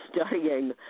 studying